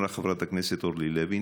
אמרה חברת הכנסת אורלי לוי,